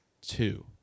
two